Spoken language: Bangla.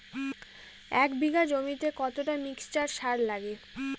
এক বিঘা জমিতে কতটা মিক্সচার সার লাগে?